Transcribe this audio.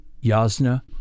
yasna